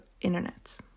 internet